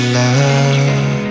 love